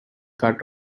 cut